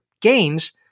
gains